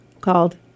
called